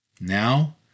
Now